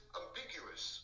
ambiguous